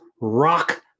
rock